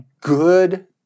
good